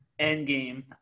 Endgame